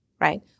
right